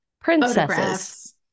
Princesses